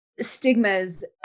stigmas